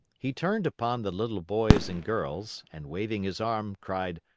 he turned upon the little boys and girls, and, waving his arm, cried,